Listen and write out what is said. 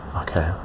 okay